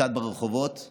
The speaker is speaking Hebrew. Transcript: חברת הכנסת מירב כהן, איננה.